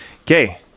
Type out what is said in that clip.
okay